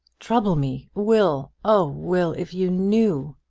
trouble me, will! oh, will, if you knew!